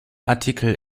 artikel